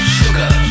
sugar